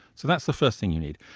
so that's the first thing you need.